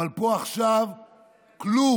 אבל פה, עכשיו כלום.